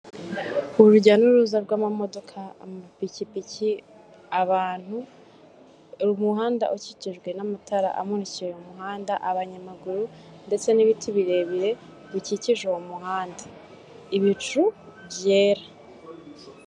Urujya n'uruza rw'amamodoka, amapikipiki, abantu, umuhanda ukikijwe n'amatara amurikira umuhanda, abanyamaguru ndetse n'ibiti birebire bikikije uwo muhanda, ibicu byera.